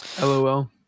LOL